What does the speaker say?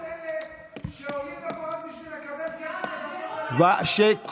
אלה שעולים לפה רק בשביל לקבל כסף, שכולם,